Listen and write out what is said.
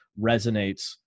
resonates